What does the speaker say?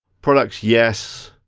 products, yes.